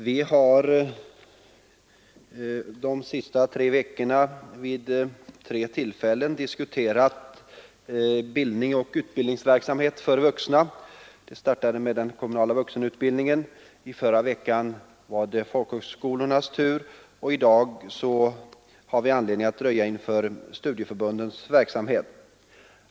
Herr talman! Under de senaste tre veckorna har vi vid tre tillfällen diskuterat bildningsoch utbildningsverksamhet för vuxna. Vi startade med den kommunala vuxenutbildningen, i förra veckan var det folkhögskolornas tur och i dag har vi anledning dröja inför studieförbundens verksamhet.